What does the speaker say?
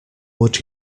would